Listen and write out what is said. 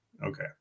Okay